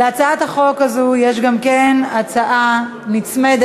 להצעת החוק הזאת יש גם הצעה נצמדת,